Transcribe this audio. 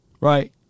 Right